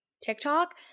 TikTok